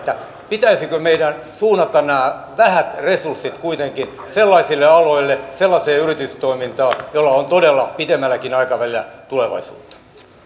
pitäisikö meidän suunnata nämä vähät resurssit kuitenkin sellaisille aloille sellaiseen yritystoimintaan jolla on todella pitemmälläkin aikavälillä tulevaisuutta